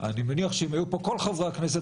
אני מניח שאם היו כאן כל חברי הכנסת,